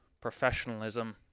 professionalism